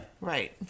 Right